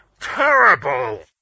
Terrible